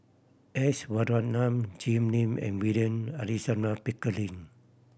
S Varathan Jim Lim and William Alexander Pickering